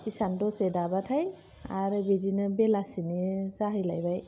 इसान दसे दाबाथाय आरो बिदिनो बेलासिनि जाहैलायबाय